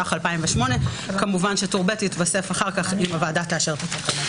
התשס"ח-2008" כמובן שטור ב' יתוסף אחר כך אם הוועדה תאשר את התקנות.